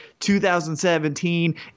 2017